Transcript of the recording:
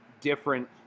different